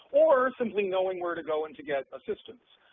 or simply knowing where to go and to get assistance.